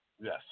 Yes